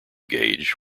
gauge